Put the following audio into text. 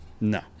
No